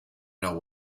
know